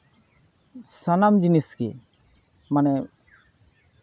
ᱥᱟᱱᱟᱢ ᱡᱤᱱᱤᱥ ᱜᱮ ᱢᱟᱱᱮ